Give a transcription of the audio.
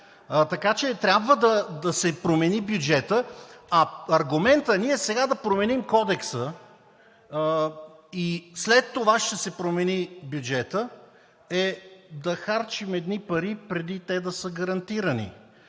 Така че трябва да се промени бюджетът. А аргументът – ние сега да променим Кодекса и след това ще се промени бюджетът, е да харчим едни пари, преди те да са гарантирани.